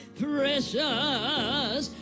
precious